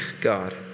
God